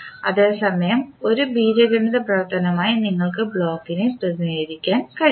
അതേസമയം ഒരു ബീജഗണിത പ്രവർത്തനമായി നിങ്ങൾക്ക് ബ്ലോക്കിനെ പ്രതിനിധീകരിക്കാൻ കഴിയും